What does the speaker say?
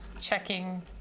checking